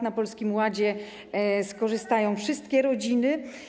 Na Polskim Ładzie skorzystają wszystkie rodziny.